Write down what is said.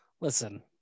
listen